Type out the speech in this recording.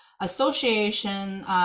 association